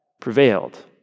prevailed